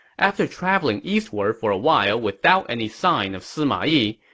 after traveling eastward for a while without any sign of sima yi,